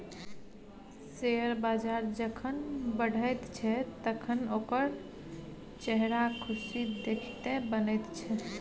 share बजार जखन बढ़ैत छै तखन ओकर चेहराक खुशी देखिते बनैत छै